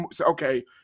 okay